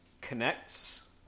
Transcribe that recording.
Connects